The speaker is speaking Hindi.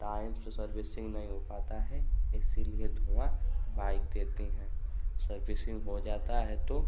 टाइम से सर्विसिन्ग नहीं हो पाती है इसीलिए थोड़ा बाइक़ देती है सर्विसिन्ग हो जाती है तो